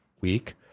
week